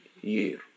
year